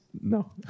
No